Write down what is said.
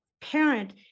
parent